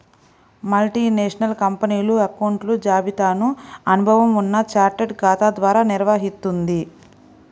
multinational కంపెనీలు అకౌంట్ల జాబితాను అనుభవం ఉన్న చార్టెడ్ ఖాతా ద్వారా నిర్వహిత్తుంది